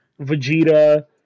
Vegeta